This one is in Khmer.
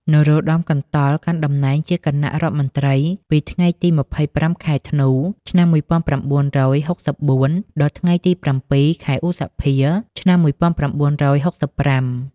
នរោត្តម កន្តុល កាន់តំណែងជាគណៈរដ្ឋមន្ត្រីពីថ្ងៃទី ២៥ ខែធ្នូ ឆ្នាំ១៩៦៤ ដល់ថ្ងៃទី ៧ ខែឧសភា ឆ្នាំ១៩៦៥។